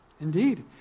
Indeed